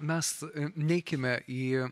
mes neikime į